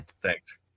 thanks